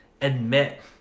admit